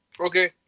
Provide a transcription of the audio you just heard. Okay